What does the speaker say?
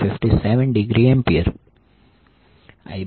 3613